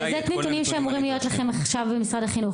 להלן תרגומם: אלה נתונים שאמורים להיות לכם עכשיו במשרד החינוך.